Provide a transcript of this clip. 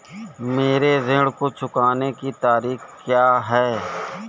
मेरे ऋण को चुकाने की तारीख़ क्या है?